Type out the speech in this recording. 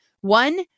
One